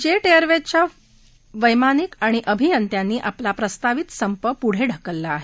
jet एअरवेजच्या वैमानिक आणि अभियंत्यांनी आपला प्रस्तावित संप पुढं ढकलला आहे